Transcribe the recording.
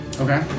Okay